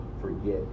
forget